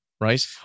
right